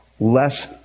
less